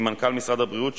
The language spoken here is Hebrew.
מנהלת מחלקת הפרוטוקולים.